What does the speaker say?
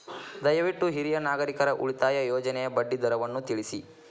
ದಯವಿಟ್ಟು ಹಿರಿಯ ನಾಗರಿಕರ ಉಳಿತಾಯ ಯೋಜನೆಯ ಬಡ್ಡಿ ದರವನ್ನು ತಿಳಿಸಿ